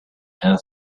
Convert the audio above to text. and